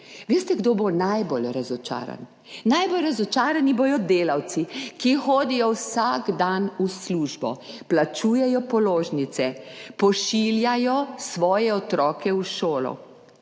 Veste, kdo bo najbolj razočaran? Najbolj razočarani bodo delavci, ki hodijo vsak dan v službo, plačujejo položnice, pošiljajo svoje otroke v šolo,